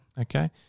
Okay